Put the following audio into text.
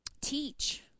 teach